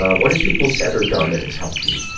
ah what have people said or done that has helped you?